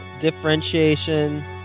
differentiation